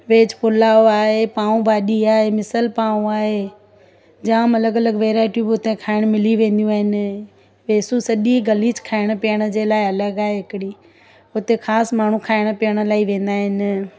veg pulao आहे पांओ भाजी आहे मिसल पांव आहे जाम अलॻि अलॻि वैरायटियूं बि हुते खाइण मिली वेंदियूं आहिनि वेसू सॼी गली खाइण पीअण जे लाइ अलॻि आहे हिकिड़ी हुते ख़ासि माण्हू खाइण पीअणु लाइ वेंदा आहिनि